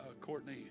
Courtney